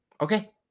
Okay